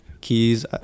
keys